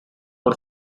for